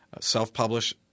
self-publish